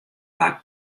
waard